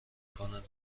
کند